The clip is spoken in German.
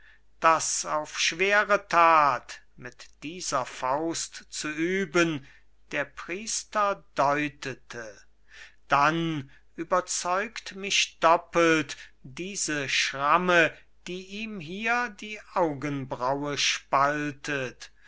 das auf schwere that mit dieser faust zu üben der priester deutete dann überzeugt mich doppelt diese schramme die ihm hier die augenbraune spaltet